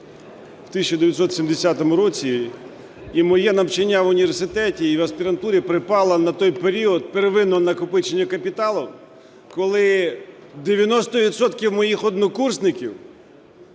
в 1970 році. І моє навчання в університеті і в аспірантурі припало на той період первинного накопичення капіталу, коли 90 відсотків моїх однокурсників